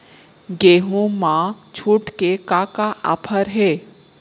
गेहूँ मा छूट के का का ऑफ़र हे?